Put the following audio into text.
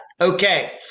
okay